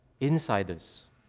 insiders